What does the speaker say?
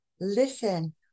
listen